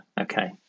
Okay